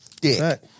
dick